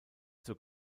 zur